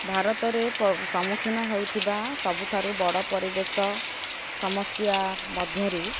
ଭାରତରେ ସମ୍ମୁଖୀନ ହେଉଥିବା ସବୁଠାରୁ ବଡ଼ ପରିବେଶ ସମସ୍ୟା ମଧ୍ୟରୁ